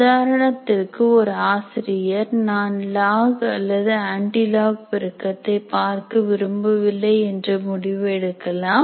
உதாரணத்திற்கு ஒரு ஆசிரியர் நான் லாக் அல்லது ஆன்ட்டி லாக் பெருக்கத்தை பார்க்க விரும்பவில்லை என்று முடிவு எடுக்கலாம்